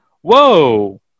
whoa